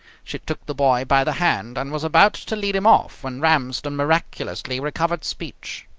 she took the boy by the hand, and was about to lead him off, when ramsden miraculously recovered speech.